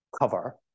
cover